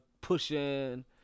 pushing